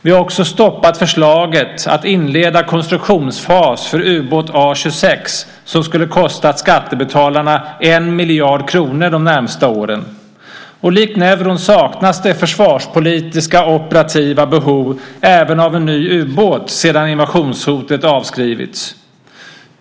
Vi har också stoppat förslaget att inleda konstruktionsfas för ubåt A26, som skulle ha kostat skattebetalarna 1 miljard kronor de närmaste åren. Likt Neuron saknas det försvarspolitiska operativa behov även av en ny ubåt sedan invasionshotet avskrivits.